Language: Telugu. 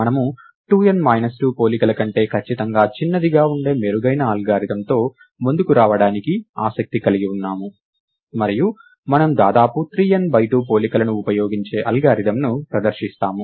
మనము 2 n మైనస్ 2 పోలికల కంటే ఖచ్చితంగా చిన్నదిగా ఉండే మెరుగైన అల్గారిథమ్తో ముందుకు రావడానికి ఆసక్తి కలిగి ఉన్నాము మరియు మనము దాదాపు 3 n 2 పోలికలను ఉపయోగించే అల్గారిథమ్ను ప్రదర్శిస్తాము